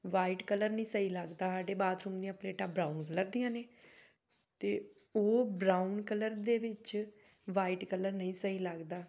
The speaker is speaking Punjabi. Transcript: ਵਾਈਟ ਕਲਰ ਨਹੀਂ ਸਹੀ ਲੱਗਦਾ ਸਾਡੇ ਬਾਥਰੂਮ ਦੀਆਂ ਪਲੇਟਾਂ ਬਰਾਊਨ ਕਲਰ ਦੀਆਂ ਨੇ ਅਤੇ ਉਹ ਬਰਾਊਨ ਕਲਰ ਦੇ ਵਿੱਚ ਵਾਈਟ ਕਲਰ ਨਹੀਂ ਸਹੀ ਲੱਗਦਾ